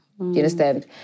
understand